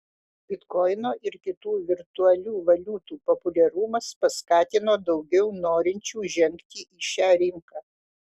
bitkoino ir kitų virtualių valiutų populiarumas paskatino daugiau norinčių žengti į šią rinką